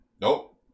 Nope